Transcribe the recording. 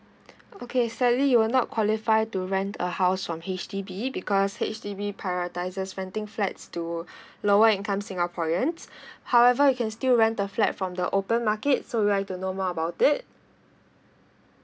okay sadly you will not qualify to rent a house from H_D_B because H_D_B prioritizes renting flats to lower income singaporeans however you can still rent the flat from the open market so do you want to know more about it